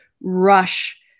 rush